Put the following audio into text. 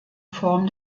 form